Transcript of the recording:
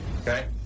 Okay